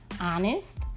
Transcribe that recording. honest